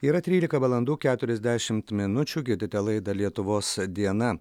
yra trylika valandų keturiasdešimt minučių girdite laidą lietuvos diena